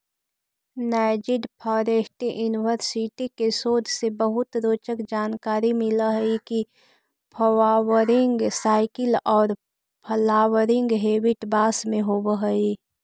Nanjing Forestry University के शोध से बहुत रोचक जानकारी मिल हई के फ्वावरिंग साइकिल औउर फ्लावरिंग हेबिट बास में होव हई